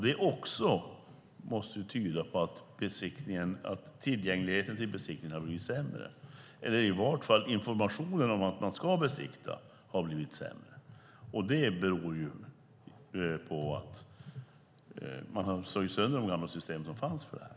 Det måste tyda på att tillgängligheten till besiktningen har blivit sämre eller i vart fall att informationen om att man ska besikta har blivit sämre. Det beror ju på att man har slagit sönder de gamla system som fanns för detta.